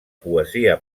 poesia